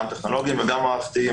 גם טכנולוגיים וגם מערכתיים,